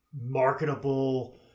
Marketable